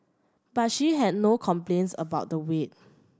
but she had no complaints about the wait